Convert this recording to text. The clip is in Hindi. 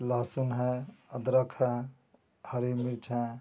लहसुन है अदरक है हरी मिर्च है